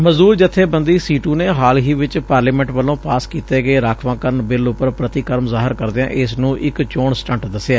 ਮਜ਼ਦੂਰ ਜਬੇਬੰਦੀ ਸੀਟੂ ਨੇ ਹਾਲ ਹੀ ਵਿਚ ਪਾਰਲੀਮੈਂਟ ਵੱਲੋਂ ਪਾਸ ਕੀਤੇ ਗਏ ਰਾਖਵਾਂਕਰਨ ਬਿੱਲ ਉਪਰ ਪ੍ਤੀਕਰਮ ਜ਼ਾਹਿਰ ਕਰਦਿਆਂ ਇਸ ਨੂੰ ਇਕ ਚੋਣ ਸਟਟ ਦਸਿਐ